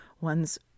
one's